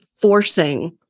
forcing